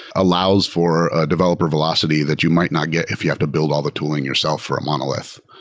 allows for a developer velocity that you might not get if you have to build all the tooling yourself for a monolith.